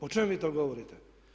O čemu vi to govorite?